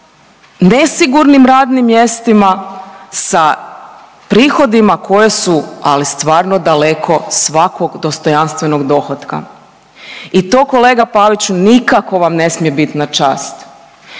nesigurnim radnim mjestima sa prihodima koje su, ali stvarno daleko svakog dostojanstvenog dohotka i to kolega Paviću nikako vam ne smije bit na čast.